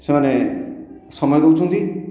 ସେମାନେ ସମୟ ଦେଉଛନ୍ତି